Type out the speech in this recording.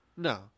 No